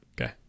okay